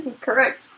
Correct